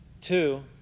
Two